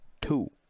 Two